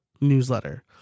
newsletter